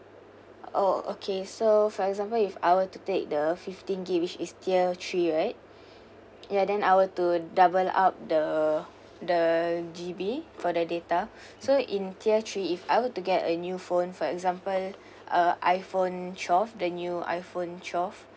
oh okay so for example if I were to take the fifteen gig which is tier three right ya then I'll to double up the the G_B for the data so in tier three if I were to get a new phone for example uh iphone twelve the new iphone twelve